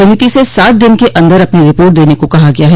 समिति से सात दिन के अन्दर अपनी रिपोर्ट देने को कहा गया है